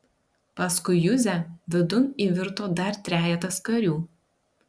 paskui juzę vidun įvirto dar trejetas karių